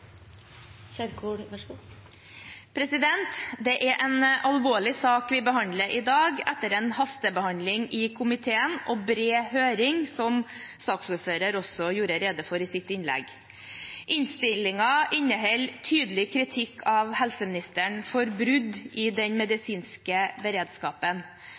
en alvorlig sak vi i dag behandler, etter hastebehandling i komiteen og en bred høring – som saksordføreren også gjorde rede for i sitt innlegg. Innstillingen inneholder tydelig kritikk av helseministeren for brudd i den medisinske beredskapen.